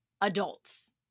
adults